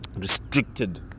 restricted